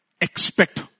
expect